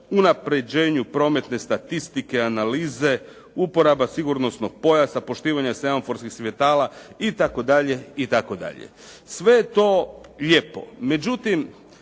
unapređenju prometne statistike, analize, uporaba sigurnosnog pojasa, poštivanje semaforskih svjetala itd., itd. Sve je to lijepo,